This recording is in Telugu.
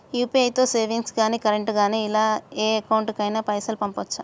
యూ.పీ.ఐ తో సేవింగ్స్ గాని కరెంట్ గాని ఇలా ఏ అకౌంట్ కైనా పైసల్ పంపొచ్చా?